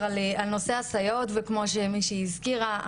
על נושא הסייעות וכמו שמישהי הזכירה,